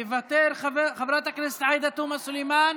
מוותר, חברת הכנסת עאידה תומא סלימאן,